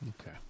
Okay